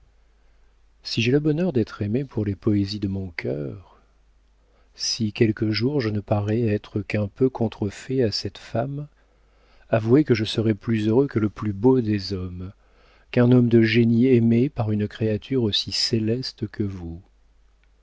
si j'ai le bonheur d'être aimé pour les poésies de mon cœur si quelque jour je ne parais être qu'un peu contrefait à cette femme avouez que je serai plus heureux que le plus beau des hommes qu'un homme de génie aimé par une créature aussi céleste que vous